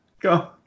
Go